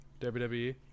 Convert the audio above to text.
WWE